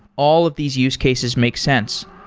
all of these use cases makes sense,